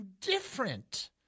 different